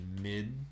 mid